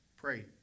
Pray